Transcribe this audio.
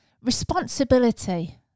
Responsibility